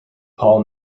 paul